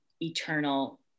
eternal